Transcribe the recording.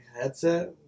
headset